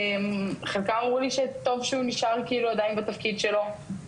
חלקם אמרו לי שטוב שהוא נשאר עדיין בתפקיד שלו.